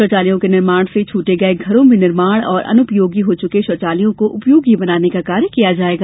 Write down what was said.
शौचालयों के निर्माण से छूटे घरों में निर्माण और अनुपयोगी हो चुके शौचालयों को उपयोगी बनाने का कार्य किया जायेगा